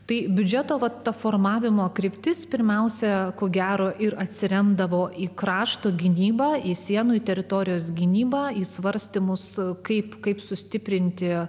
tai biudžeto vat formavimo kryptis pirmiausia ko gero ir atsiremdavo į krašto gynybą į sienoje teritorijos gynybą į svarstymus kaip kaip sustiprinti